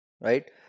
Right